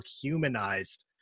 humanized